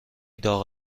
داغ